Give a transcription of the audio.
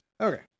Okay